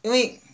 因为